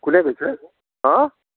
কোনে কৈছে অঁ